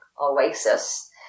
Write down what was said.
oasis